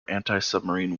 antisubmarine